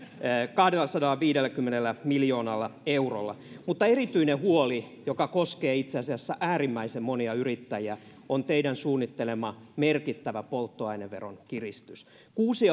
kahdellasadallaviidelläkymmenellä miljoonalla eurolla mutta erityinen huoli joka koskee itse asiassa äärimmäisen monia yrittäjiä on teidän suunnittelemanne merkittävä polttoaineveron kiristys kuusi